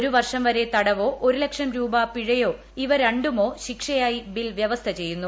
ഒരു വീർഷ്ഷംവരെ തടവോ ഒരു ലക്ഷം രൂപ പിഴയോ ഇവ രണ്ടുമോ ശിക്ഷയായി ബിൽ വ്യവസ്ഥ ചെയ്യുന്നു